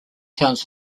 towns